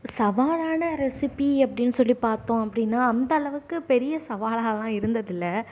சவாலான ரெசிபி அப்படின்னு சொல்லி பார்த்தோம் அப்படின்னா அந்த அளவுக்கு பெரிய சவாலாலாம் இருந்தது இல்லை